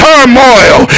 Turmoil